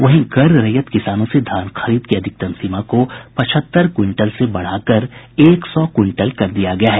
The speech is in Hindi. वहीं गैर रैयत किसानों से धान खरीद की अधिकतम सीमा को पचहत्तर क्विंटल से बढ़ाकर एक सौ क्विंटल कर दिया गया है